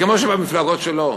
כמו במפלגה שלו?